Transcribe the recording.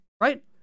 right